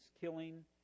killing